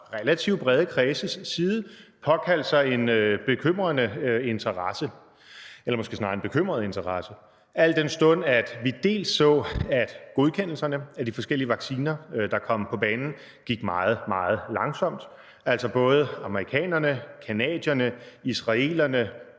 eller måske snarere en bekymret interesse, al den stund at vi bl.a. så, at godkendelserne af de forskellige vacciner, der kom på banen, gik meget, meget langsomt. Altså, både amerikanerne, canadierne, israelerne